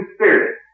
Spirit